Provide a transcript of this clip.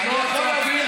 אני יכול להבין,